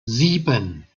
sieben